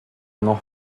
nom